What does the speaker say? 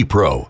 Pro